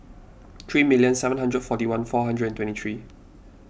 three million seven hundred forty one four hundred and thirty two